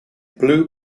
blue